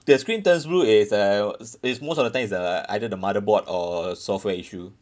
the screen turns blue is a is most of the time it's uh either the motherboard or software issue